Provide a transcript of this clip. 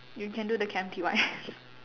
you can do the Chem T_Y